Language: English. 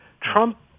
Trump